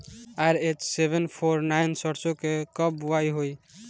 RH seven four nine सरसो के कब बुआई होई?